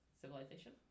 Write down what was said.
civilization